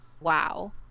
WoW